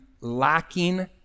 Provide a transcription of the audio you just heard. lacking